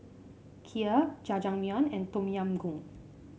Kheer Jajangmyeon and Tom Yam Goong